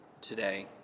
today